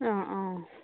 অঁ অঁ